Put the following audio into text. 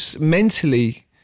mentally